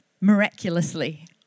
miraculously